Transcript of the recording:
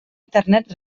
internet